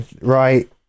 Right